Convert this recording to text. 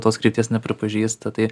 tos krypties nepripažįsta tai